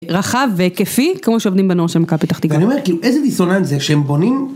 רחב והיקפי, כמו שעובדים בנוער של מכבי פתח תקווה. ואני אומר, איזה דיסוננס זה שהם בונים?